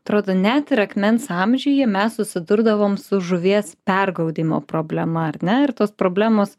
trodo net ir akmens amžiuje mes susidurdavom su žuvies pergaudymo problema ar ne ir tos problemos